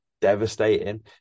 devastating